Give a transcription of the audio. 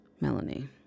Melanie